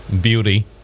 beauty